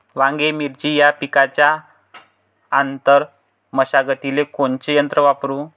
वांगे, मिरची या पिकाच्या आंतर मशागतीले कोनचे यंत्र वापरू?